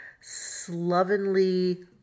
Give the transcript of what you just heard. slovenly